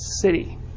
city